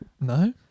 No